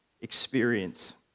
experience